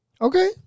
okay